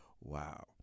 Wow